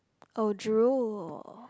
oh drool